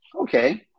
okay